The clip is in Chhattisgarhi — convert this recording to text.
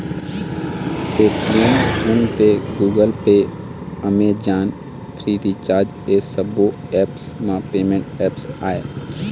Paytm, PhonePe, Google Pay, Amazon, Freecharge ए सब्बो ऐप्स ह पेमेंट ऐप्स आय